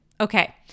Okay